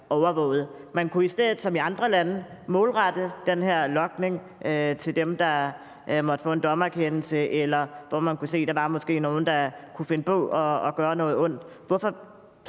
den her logning, som i andre lande, målrettes mod dem, der måtte få en dommerkendelse, eller hvor man kunne se, der måske var nogle, der kunne finde på at gøre noget ondt.